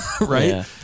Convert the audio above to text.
Right